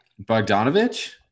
Bogdanovich